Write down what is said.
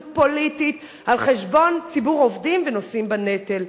פוליטית על חשבון ציבור עובדים ונושאים בנטל.